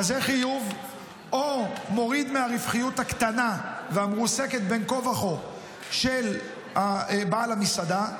כזה חיוב או מוריד מהרווחיות הקטנה והמרוסקת בין כה וכה של בעל המסעדה,